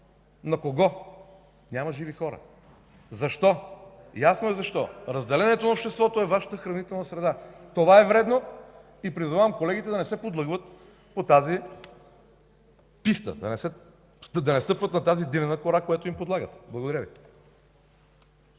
на кого? Няма живи хора. Защо? Ясно е защо – разделението на обществото е Вашата хранителна среда. Това е вредно и призовавам колегите да не се подлъгват по тази писта, да не стъпват на тази динена кора, която им подлагате. Благодаря Ви.